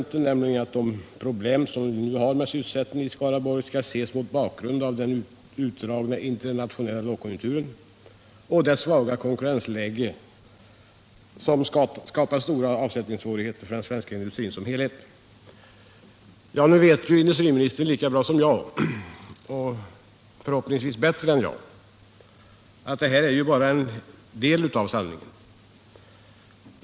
Han säger nämligen att de problem vi nu har med sysselsättningen i Skaraborg skall ses mot bakgrund av den utdragna internationella lågkonjunkturen och det svaga konkurrensläge som skapat stora avsättningssvårigheter för den svenska industrin som helhet. Industriministern vet lika bra som jag — förhoppningsvis bättre — att detta bara är en del av sanningen.